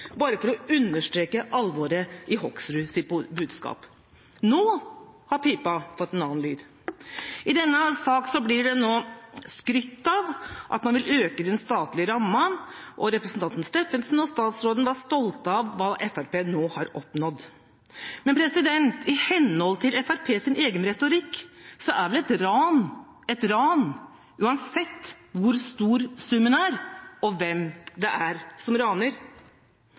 bare for å understreke alvoret i Hoksruds budskap. Nå har pipa fått en annen lyd. I denne saken blir det nå skrytt av at man vil øke den statlige rammen, og representanten Steffensen og statsråden var stolte av hva Fremskrittspartiet har oppnådd. Men i henhold til Fremskrittspartiets egen retorikk er vel et ran et ran, uansett hvor stor summen er, og hvem det er som raner.